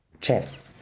Chess